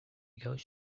goes